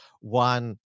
one